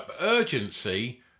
Urgency